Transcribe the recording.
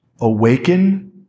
awaken